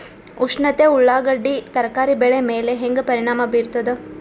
ಉಷ್ಣತೆ ಉಳ್ಳಾಗಡ್ಡಿ ತರಕಾರಿ ಬೆಳೆ ಮೇಲೆ ಹೇಂಗ ಪರಿಣಾಮ ಬೀರತದ?